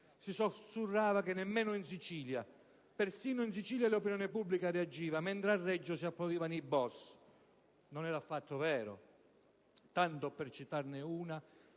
si sussurrava che «nemmeno in Sicilia...». Persino in Sicilia l'opinione pubblica reagiva, mentre a Reggio si applaudivano i boss. Non era affatto vero. Tanto per citarne una,